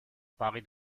pari